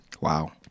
Wow